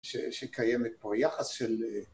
שקיימת פה יחס של